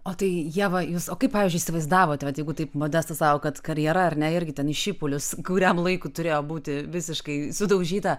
o tai ieva jūs o kaip pavyzdžiui įsivaizdavot vat jeigu taip modestas sako kad karjera ar ne irgi ten į šipulius kuriam laikui turėjo būti visiškai sudaužyta